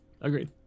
agreed